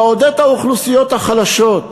לעודד את האוכלוסיות החלשות.